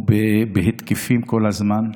הוא בהתקפים כל הזמן.